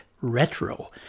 retro